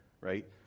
right